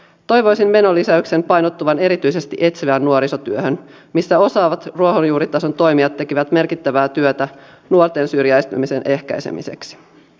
toivoisin menolisäyksen painottuvan erityisesti etsivään nuorisotyöhön missä osaavat ruohonjuuritason toimijat tekevät merkittävää työtä nuorten syrjäytymisen ehkäisemiseksi